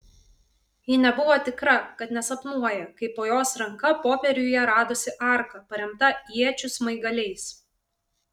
ji nebuvo tikra kad nesapnuoja kai po jos ranka popieriuje radosi arka paremta iečių smaigaliais